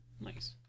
nice